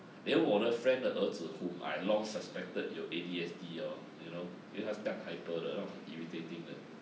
then 我的 friend 的儿子 whom I have long suspected 有 A_D_S_D orh you know 因为她干 hyper 的那种很 irritating 的